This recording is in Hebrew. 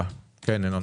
בבקשה.